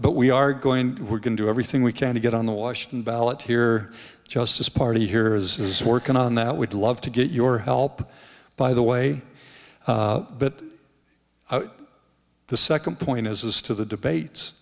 but we are going we're going to everything we can to get on the washington ballot here just as a party here is working on that would love to get your help by the way but the second point is as to the debates